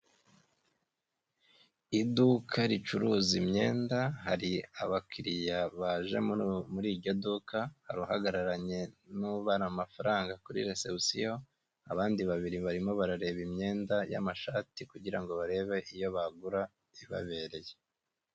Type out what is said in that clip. Iduka ricuruza imyenda hari abakiriya baje muri iryo duka, hari uhagararanye n'ubara amafaranga kuri resebusiyo, abandi babiri barimo barareba imyenda y'amashati kugira ngo barebe iyo bagura ibabereye.